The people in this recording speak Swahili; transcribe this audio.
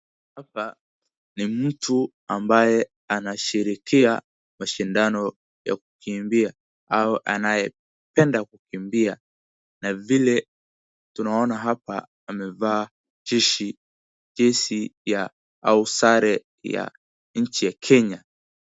Hapa ni mtu ambaye anashikilia mashindano ya kukiimbia au anayependa kukiimbia na vile tunaona hapa amevaa jezi ya au sare ya nchi ya Kenya.